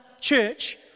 church